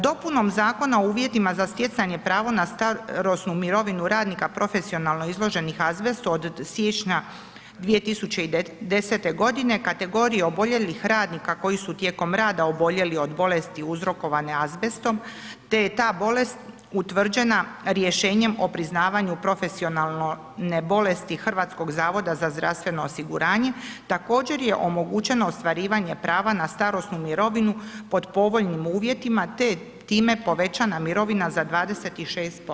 Dopunom Zakona o uvjetima za stjecanje prava za starosnu mirovinu radnika profesionalno izloženih azbestu od siječnja 2010. godine kategorija oboljelih radnika koji su tijekom rada oboljeli od bolesti uzrokovane azbestom te je ta bolest utvrđena rješenjem o priznavanju profesionalne bolesti HZZO-a također je omogućeno ostvarivanje prava na starosnu mirovinu pod povoljnim uvjetima te time povećana mirovina za 26%